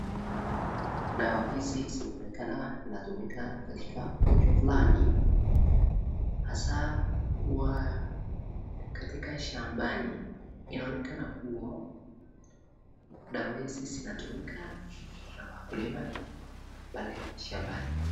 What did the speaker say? Dawa hizi zinaonekana zinanatumika katika ugonjwa fulani, hasa kwa katika shambani inaonekana kuwa dawa hizi zinatumika na wakulima pale shambani.